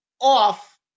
off